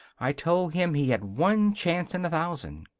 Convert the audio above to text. i told him he had one chance in a thousand.